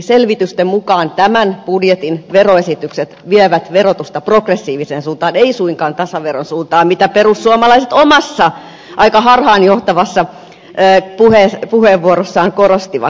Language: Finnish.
selvitysten mukaan tämän budjetin veroesitykset vievät verotusta progressiiviseen suuntaan eivät suinkaan tasaveron suuntaan mitä perussuomalaiset omassa aika harhaanjohtavassa puheenvuorossaan korostivat